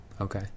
Okay